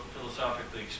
philosophically